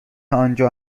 آنجا